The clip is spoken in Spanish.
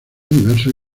diversos